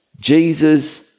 Jesus